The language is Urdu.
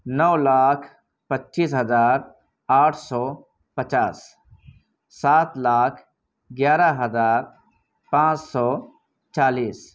نو لاکھ پچیس ہزار آٹھ سو پچاس سات لاکھ گیارہ ہزار پانچ سو چالیس